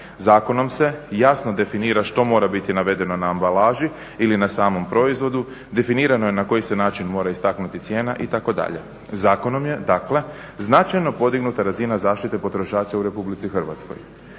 Zakonom se jasno definira što mora biti navedeno na ambalaži ili na samom proizvodu, definirano na koji se način mora istaknuti cijena itd. Zakonom je dakle značajno podignuta razina zaštite potrošača u RH. Ali kao